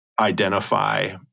identify